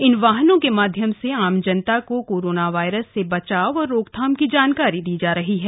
इन वाहनों के माध्यम से आम जनता को कोरोना वायरस से बचाव और रोकथाम की जानकारी दी जा रही है